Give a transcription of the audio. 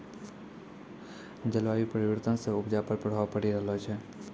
जलवायु परिवर्तन से उपजा पर प्रभाव पड़ी रहलो छै